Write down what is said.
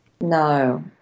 No